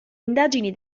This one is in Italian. indagini